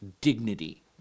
Dignity